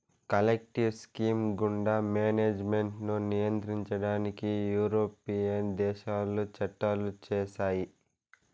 collective scheme గుండా management ను నియంత్రించడానికి యూరోపియన్ దేశాలు చట్టాలు చేశాయి